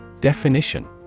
Definition